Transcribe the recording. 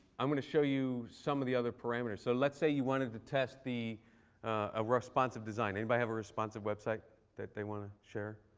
i'm going to show you some of the other parameters. so let's say you wanted to test the ah responsive design. anybody have a responsive website that they want to share?